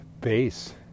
base